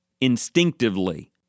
instinctively